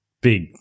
big